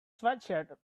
sweatshirt